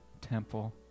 temple